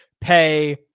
pay